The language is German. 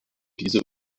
diese